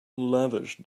lavish